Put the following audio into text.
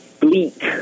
bleak